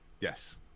Yes